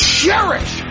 cherish